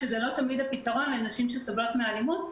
שזה לא תמיד הפתרון לנשים שסובלות מאלימות,